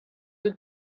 too